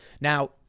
Now